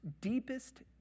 deepest